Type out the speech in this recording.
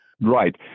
Right